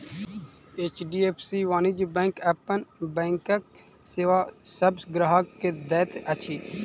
HDFC वाणिज्य bank अपन बैंकक सेवा सभ ग्राहक के दैत अछि